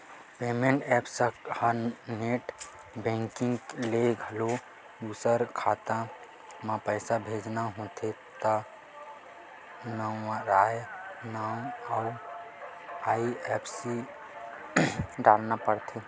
payment apps या net banking ले घलो दूसर खाता म पइसा भेजना होथे त नंबरए नांव अउ आई.एफ.एस.सी डारना परथे